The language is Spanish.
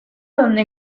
donde